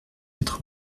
quatre